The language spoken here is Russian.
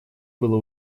было